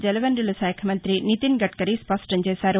జలవనరుల శాఖ మంగ్రి నితిన్ గద్కరీ స్పష్టం చేశారు